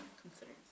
considering